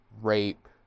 rape